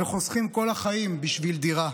וחוסכים כל החיים בשביל דירה.